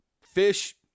Fish